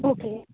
okay